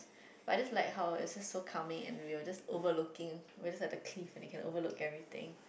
but just like how it is so calming and we were just overlooking whether are the cleave they can overlook everything